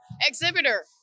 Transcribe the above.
exhibitor